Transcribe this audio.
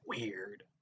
weird